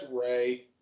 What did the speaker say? ray